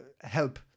help